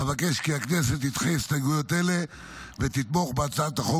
אבקש כי הכנסת תדחה הסתייגויות אלה ותתמוך בהצעת החוק